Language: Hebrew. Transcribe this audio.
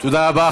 תודה רבה.